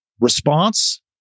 response